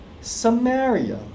Samaria